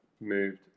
moved